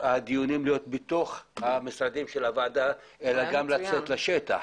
בתוך המשרדים של הוועדה אלא גם לצאת לשטח,